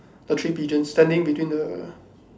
the three pigeons standing between the